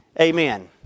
Amen